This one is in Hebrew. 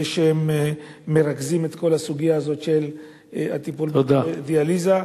שהם מרכזים את כל הסוגיה הזאת של הטיפול בדיאליזה.